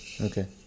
okay